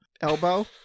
elbow